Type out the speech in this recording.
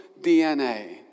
DNA